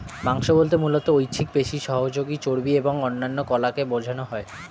মাংস বলতে মূলত ঐচ্ছিক পেশি, সহযোগী চর্বি এবং অন্যান্য কলাকে বোঝানো হয়